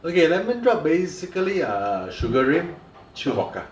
okay lemon drop basically err sugary chilled vodka